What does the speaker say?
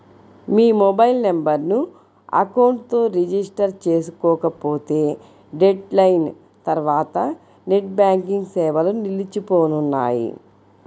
మీ mobile నెంబర్ను account తో register చేసుకోకపోతే డెడ్ లైన్ తర్వాత నెట్ బ్యాంకింగ్ సేవలు నిలిచిపోనున్నాయి